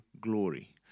glory